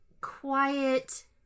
quiet